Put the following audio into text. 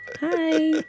Hi